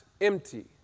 empty